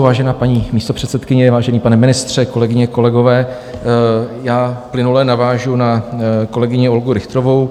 Vážená paní místopředsedkyně, vážený pane ministře, kolegyně, kolegové, plynule navážu na kolegyni Olgu Richterovou.